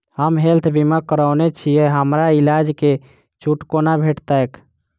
हम हेल्थ बीमा करौने छीयै हमरा इलाज मे छुट कोना भेटतैक?